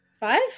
Five